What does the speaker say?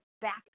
back